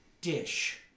dish